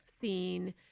scene